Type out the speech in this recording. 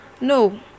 no